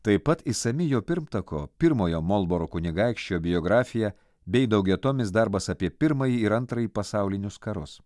taip pat išsami jo pirmtako pirmojo molboro kunigaikščio biografija bei daugiatomis darbas apie pirmąjį ir antrąjį pasaulinius karus